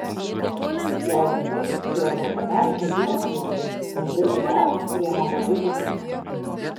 jei rimtai tai atostogauju kiekvieną dieną nes dirbu darbus kurie man labai patinka